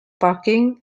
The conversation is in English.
parking